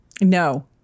No